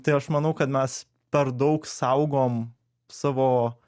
tai aš manau kad mes per daug saugom savo